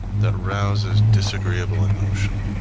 that rouses disagreeable emotion,